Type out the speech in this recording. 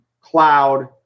cloud